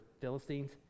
Philistines